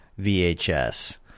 VHS